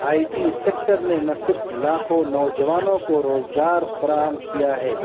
آئی T sector نے نہ صرف لاکھوں نوجوانوں کو روزگار فراہم کیا ہے